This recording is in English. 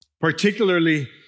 particularly